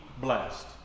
blessed